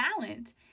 talent